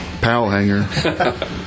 Powell-hanger